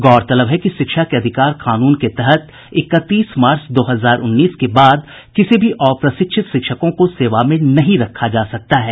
गौरतलब है कि शिक्षा के अधिकार कानून के तहत इकतीस मार्च दो हजार उन्नीस के बाद किसी भी अप्रशिक्षित शिक्षकों को सेवा में नहीं रखा जा सकता है